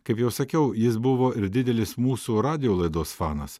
kaip jau sakiau jis buvo ir didelis mūsų radijo laidos fanas